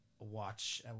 watch